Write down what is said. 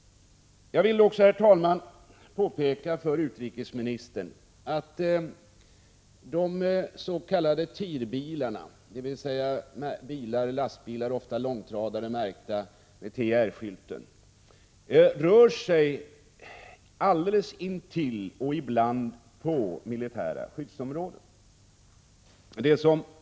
Jag vill också, herr talman, påpeka för utrikesministern att de s.k. TIR-bilarna, dvs. lastbilar, ofta långtradare, märkta med TIR-skylt, rör sig alldeles intill och ibland inom militära skyddsområden.